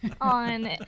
on